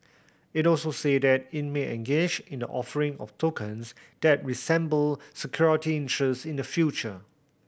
it also said that it may engage in the offering of tokens that resemble security interest in the future